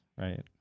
right